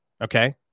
okay